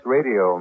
Radio